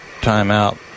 timeout